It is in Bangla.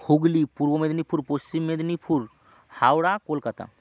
হুগলি পূর্ব মেদিনীপুর পশ্চিম মেদিনীপুর হাওড়া কলকাতা